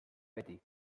beti